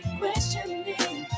questioning